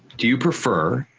do you prefer